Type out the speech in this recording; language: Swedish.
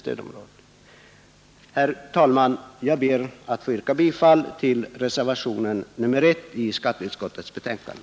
Svara på det, herr utskottsordförande! Herr talman! Jag ber att få yrka bifall till reservationen nr 1 vid skatteutskottets betänkande.